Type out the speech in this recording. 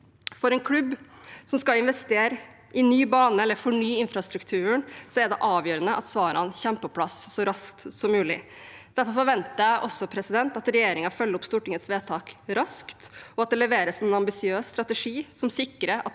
For en klubb som skal investere i en ny bane eller fornye infrastrukturen, er det avgjørende at svarene kommer på plass så raskt som mulig. Derfor forventer jeg at regjeringen følger opp Stortingets vedtak raskt, og at det leveres en ambisiøs strategi som sikrer at